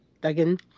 Duggan